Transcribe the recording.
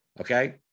Okay